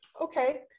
Okay